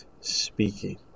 speaking